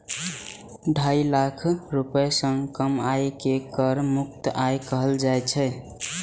ढाई लाख रुपैया सं कम आय कें कर मुक्त आय कहल जाइ छै